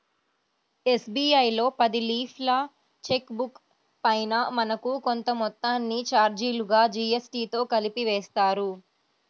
SBI లో పది లీఫ్ల చెక్ బుక్ పైన మనకు కొంత మొత్తాన్ని చార్జీలుగా జీఎస్టీతో కలిపి వేస్తారు